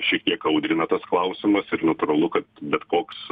šitiek audrina tas klausimas ir natūralu kad bet koks